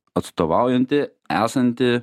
atstovaujanti esanti